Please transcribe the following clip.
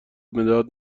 مداد